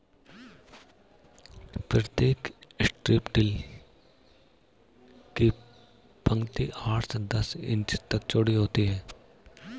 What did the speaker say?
प्रतीक strip टिल की पंक्ति आठ से दस इंच तक चौड़ी होती है